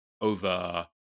over